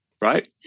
right